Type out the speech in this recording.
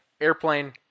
airplane